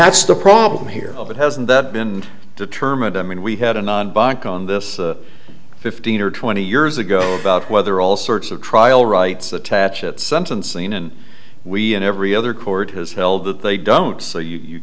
that's the problem here of it hasn't that been determined i mean we had a non bike on this fifteen or twenty years ago about whether all sorts of trial rights attach at sentencing and we and every other court has held that they don't so you